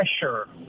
pressure